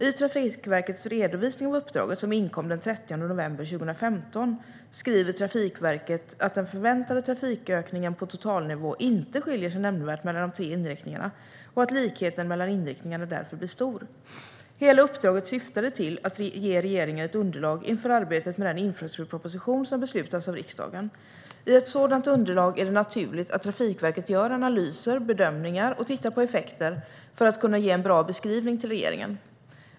I Trafikverkets redovisning av uppdraget som inkom den 30 november 2015 skriver Trafikverket att den förväntade trafikökningen på totalnivå inte skiljer sig nämnvärt mellan de tre inriktningarna och att likheten mellan inriktningarna därför blir stor. Hela uppdraget syftade till att ge regeringen ett underlag inför arbetet med den infrastrukturproposition som beslutas av riksdagen. I ett sådant underlag är det naturligt att Trafikverket gör analyser och bedömningar och tittar på effekter för att kunna ge en bra beskrivning till regeringen.